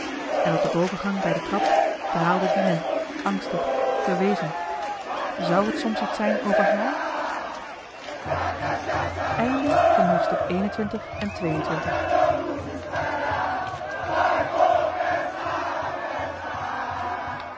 en op de bovengang bij de trap draalde dina angstig verwezen zu het soms iets zijn over haar